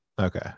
Okay